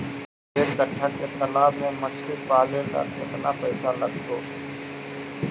एक कट्ठा के तालाब में मछली पाले ल केतना पैसा लगतै?